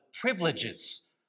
privileges